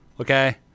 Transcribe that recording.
okay